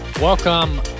Welcome